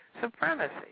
supremacy